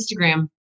Instagram